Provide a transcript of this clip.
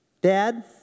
Dad